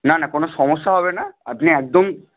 না না কোনো সমস্যা হবে না আপনি একদম